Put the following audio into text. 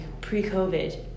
pre-COVID